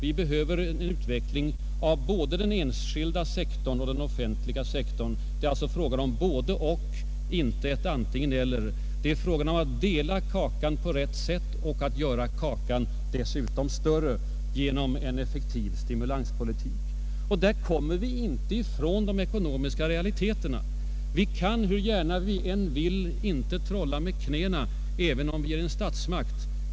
Vi behöver en utveckling av både den enskilda sektorn och den offentliga. Det är alltså fråga om ett både—och inte om ett antingen— eller, det är fråga om att dela kakan på rätt sätt och dessutom göra den större genom en effektiv stimulanspolitik. Vi kommer inte ifrån de ekonomiska realiteterna. Hur gärna vi än vill kan inte ens staten ”trolla med knäna”.